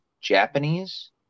japanese